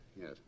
yes